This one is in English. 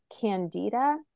candida